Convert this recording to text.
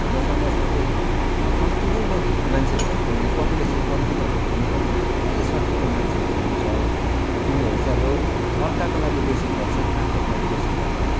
हाम्रो समाजमा चाहिँ कम्ती नै मान्छे भए पनि पपुलेसन कम्ती नै भए पनि एकदमै सठिकको मान्छेहरू हुनुहुन्छ उनीहरूलाई चाहिँ अब अर्काका लागि बेसी खट्छन् आफ्नोको लागि बेसी खट्दैन